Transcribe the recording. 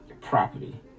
property